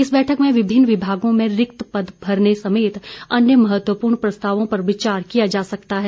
इस बैठक में विभिन्न विमागों में रिक्त पद भरने समेत अन्य महत्वपूर्ण प्रस्तावों पर विचार किया जा सकता है